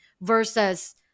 versus